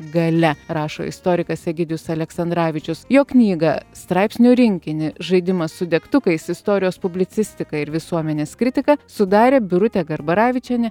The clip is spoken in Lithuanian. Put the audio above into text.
gale rašo istorikas egidijus aleksandravičius jo knygą straipsnių rinkinį žaidimas su degtukais istorijos publicistika ir visuomenės kritika sudarė birutė garbaravičienė